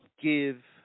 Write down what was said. give